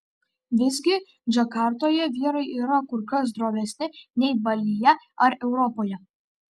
visgi džakartoje vyrai yra kur kas drovesni nei balyje ar europoje